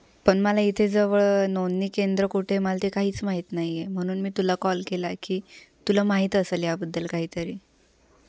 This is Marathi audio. पण मला इथे जवळ नोंदणी केंद्र कोठे आहे मला ते काहीच माहीत नाही आहे म्हणून मी तुला कॉल केला की तुला माहीत असेल याबद्दल काहीतरी